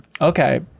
okay